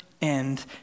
end